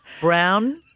brown